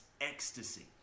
ecstasy